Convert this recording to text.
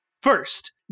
First